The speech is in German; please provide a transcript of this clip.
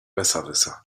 besserwisser